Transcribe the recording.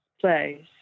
place